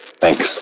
Thanks